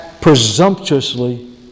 presumptuously